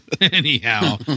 Anyhow